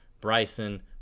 Bryson